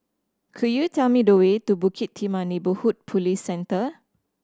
could you tell me the way to Bukit Timah Neighbourhood Police Centre